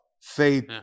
faith